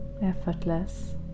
effortless